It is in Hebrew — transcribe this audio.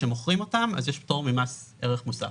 כאשר מוכרים אותן יש פטור ממס ערך מוסף.